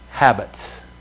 Habits